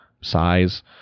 size